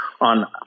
On